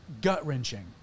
gut-wrenching